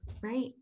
Right